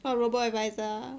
oh robo-advisor ah